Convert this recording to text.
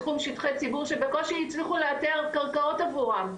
בתחום שטחי ציבור שבקושי הצליחו לאתר קרקעות עבורם,